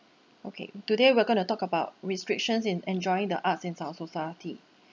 okay today we're going to talk about restrictions in enjoying the arts in our society